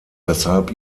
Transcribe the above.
weshalb